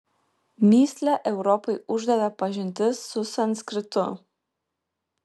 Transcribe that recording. mįslę europai uždavė pažintis su sanskritu